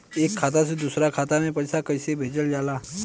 एक खाता से दूसरा खाता में पैसा कइसे भेजल जाला?